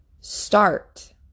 start